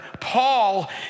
Paul